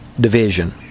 division